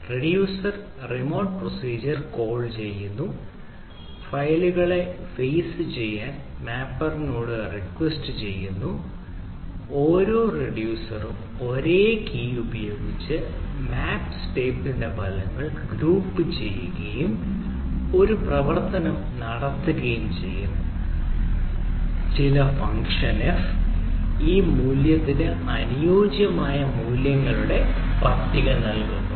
reducer remote procedure call ചെയ്യുന്നു ഫയലുകളെ phase ഫലങ്ങൾ ഗ്രൂപ്പുചെയ്യുകയും ഒരു പ്രവർത്തനം നടത്തുകയും ചെയ്യുന്നു ചില ഫംഗ്ഷൻ എഫ് ഈ മൂല്യത്തിന് അനുയോജ്യമായ മൂല്യങ്ങളുടെ പട്ടിക നൽകുന്നു